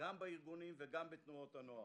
גם בארגונים וגם בתנועות הנוער,